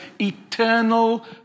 eternal